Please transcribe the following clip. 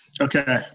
Okay